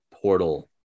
portal